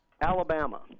Alabama